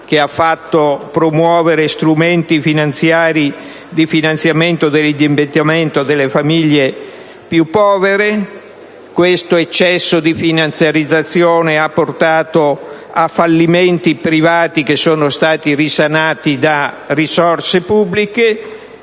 che ha fatto promuovere strumenti di finanziamento dell'investimento delle famiglie più povere. Questo eccesso di finanziarizzazione ha portato a fallimenti privati che sono stati risanati da risorse pubbliche,